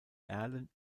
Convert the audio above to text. erlen